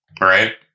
right